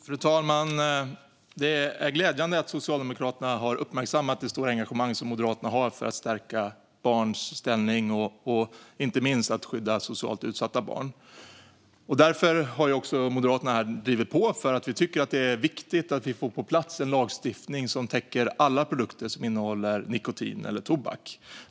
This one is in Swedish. Fru talman! Det är glädjande att Socialdemokraterna har uppmärksammat det stora engagemang som Moderaterna har för att stärka barns ställning, inte minst när det gäller att skydda socialt utsatta barn. Därför har Moderaterna drivit på för och tycker att det är viktigt att få på plats en lagstiftning som täcker alla produkter som innehåller nikotin eller tobak.